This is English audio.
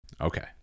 Okay